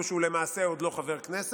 אפילו שהוא למעשה עוד לא חבר כנסת,